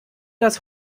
das